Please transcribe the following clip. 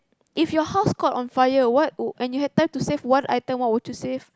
if your house caught on fire and you had time to save one item what would you save